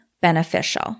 beneficial